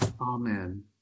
Amen